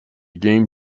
game